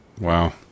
Wow